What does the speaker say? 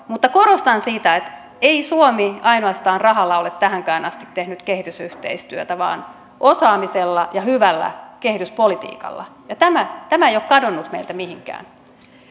mutta korostan sitä että ei suomi ainoastaan rahalla ole tähänkään asti tehnyt kehitysyhteistyötä vaan osaamisella ja hyvällä kehityspolitiikalla tämä tämä ei ole kadonnut meiltä mihinkään